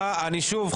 (הישיבה נפסקה בשעה 9:44 ונתחדשה בשעה 10:00) אני מחדש את הישיבה.